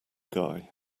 guy